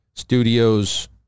Studios